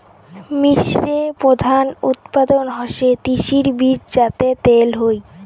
মিশরে প্রধান উৎপাদন হসে তিসির বীজ যাতে তেল হই